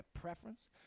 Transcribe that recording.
preference